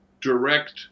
direct